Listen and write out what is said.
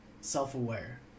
self-aware